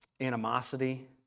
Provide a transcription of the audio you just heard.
animosity